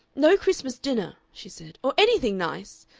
no christmas dinner, she said, or anything nice!